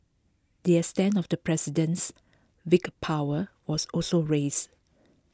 the extent of the president's veto powers was also raised